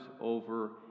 over